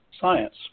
science